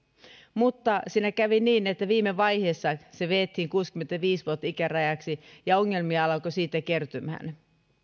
mutta siinä kävi niin että viime vaiheessa vedettiin se kuusikymmentäviisi vuotta ikärajaksi ja ongelmia alkoi siitä kertymään